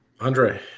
Andre